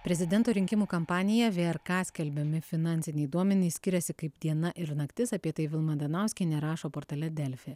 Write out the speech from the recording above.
prezidento rinkimų kampaniją vrk skelbiami finansiniai duomenys skiriasi kaip diena ir naktis apie tai vilma danauskienė rašo portale delfi